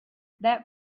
that